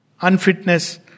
Unfitness